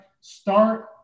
start